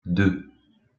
deux